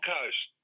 Coast